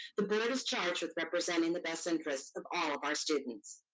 the but charged with representing the best interests of all of our students.